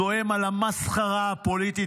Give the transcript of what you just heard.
זועם על המסחרה הפוליטית,